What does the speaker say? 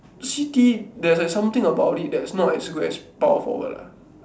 C_T there's like something about it that is like not as good as power forward ah